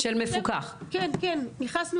אני ניהלתי